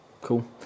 Cool